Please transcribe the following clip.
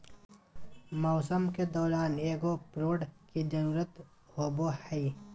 मौसम के दौरान एगो प्रोड की जरुरत होबो हइ